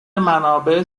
منابع